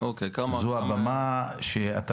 זו הבמה שבה אתה